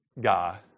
guy